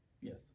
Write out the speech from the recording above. Yes